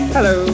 Hello